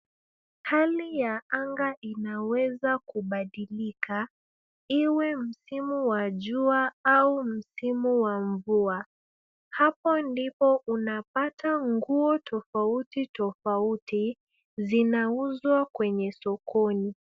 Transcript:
Hali ya anga inaweza kubadilika iwe msimu wa jua au msimu wa mvua. Hapo ndipo unapata nguo tofautitofauti zinauzwa kwenye sokoni.